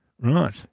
Right